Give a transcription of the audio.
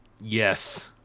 Yes